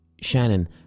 Shannon